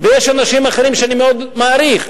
ויש אנשים שאני מאוד מעריך,